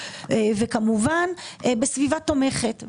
וכמובן בסביבה תומכת.